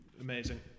amazing